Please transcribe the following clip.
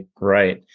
right